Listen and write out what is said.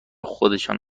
خودشان